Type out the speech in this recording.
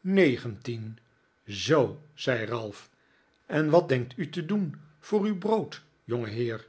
negentien zoo zei ralph en wat denkt gij te doen voor uw brood jongeheer